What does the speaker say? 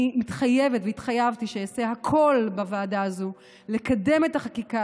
אני התחייבתי שאעשה הכול בוועדה הזאת לקדם את החקיקה